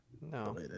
No